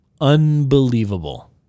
Unbelievable